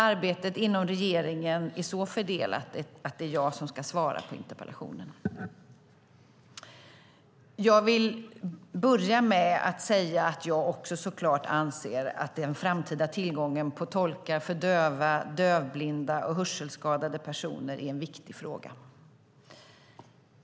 Arbetet inom regeringen är så fördelat att det är jag som ska svara på interpellationen. Jag vill börja med att säga att även jag såklart anser att den framtida tillgången på tolkar för döva, dövblinda och hörselskadade personer är en viktig fråga.